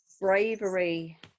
Bravery